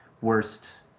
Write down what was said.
worst